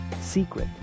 secret